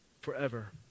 forever